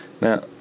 Now